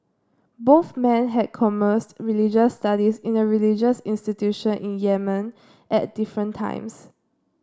both men had commenced religious studies in a religious institution in Yemen at different times